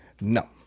No